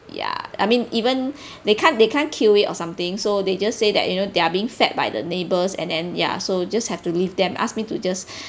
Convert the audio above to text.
ya I mean even they can't they can't kill it or something so they just say that you know they're being fed by the neighbours and then ya so just have to leave them asked me to just